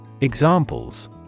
examples